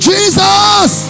Jesus